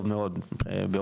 טוב מאוד יחסית.